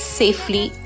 safely